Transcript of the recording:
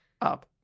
Up